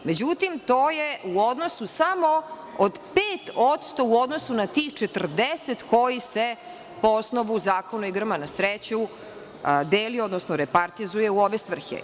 Međutim, to je u odnosu samo od 5% u odnosu na tih 40% koji se po osnovu Zakona o igrama na sreću deli, odnosno repartizuje u ove svrhe.